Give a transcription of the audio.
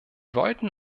wollten